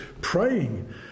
praying